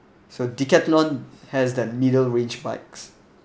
so Decathlon has that middle range bikes